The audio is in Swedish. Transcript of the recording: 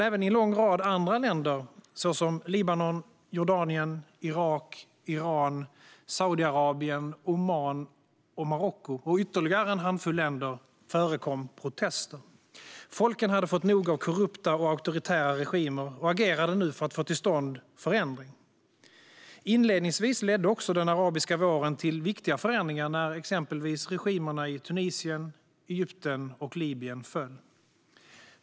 Även i länder såsom Libanon, Jordanien, Irak, Iran, Saudiarabien, Oman, Marocko och ytterligare en handfull länder förekom protester. Folken hade fått nog av korrupta och auktoritära regimer och agerade nu för att få till stånd en förändring. Inledningsvis ledde också den arabiska våren till viktiga förändringar när exempelvis regimerna i Tunisien, Egypten och Libyen föll.